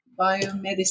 biomedicine